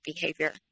behavior